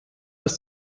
ist